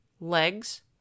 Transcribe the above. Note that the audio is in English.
legs